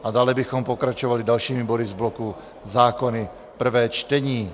A dále bychom pokračovali dalšími body z bloku zákony prvé čtení.